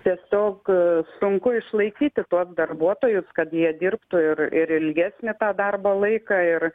tiesiog sunku išlaikyti tuos darbuotojus kad jie dirbtų ir ir ilgesnį darbo laiką ir